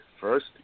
first